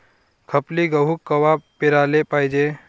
खपली गहू कवा पेराले पायजे?